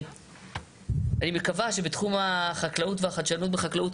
אני מקווה שבתחום החקלאות והחדשנות בחקלאות,